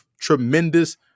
tremendous